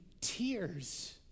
tears